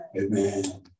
Amen